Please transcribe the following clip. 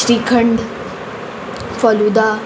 shrikhand falooda